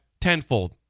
tenfold